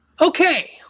Okay